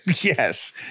Yes